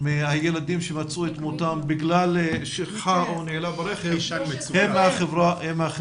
מהילדים שמצאו את מותם בגלל שכחה או נעילה ברכב הם מהחברה הערבית.